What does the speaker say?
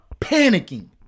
panicking